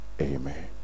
Amen